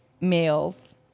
males